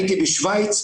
הייתי בשוויץ,